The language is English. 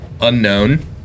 unknown